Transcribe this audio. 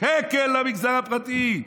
שקל למגזר הפרטי.